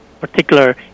particular